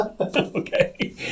Okay